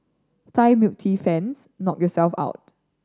Thai milk tea fans knock yourselves out